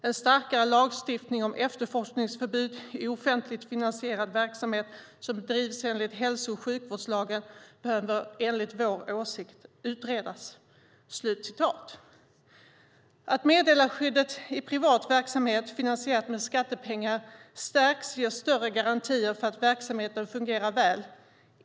En starkare lagstiftning om efterforskningsförbud i offentligt finansierad verksamhet som bedrivs enligt hälso och sjukvårdslagen behöver enligt vår åsikt utredas." Att meddelarskyddet i privat verksamhet, finansierad med skattepengar, stärks ger större garantier för att verksamheten fungerar väl.